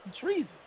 treason